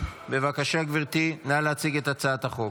בבקשה, גברתי, נא להציג את הצעת החוק.